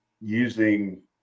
Using